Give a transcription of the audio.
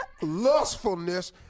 lustfulness